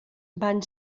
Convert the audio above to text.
van